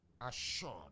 assured